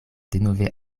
denove